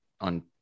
on